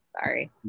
Sorry